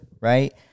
right